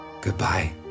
Goodbye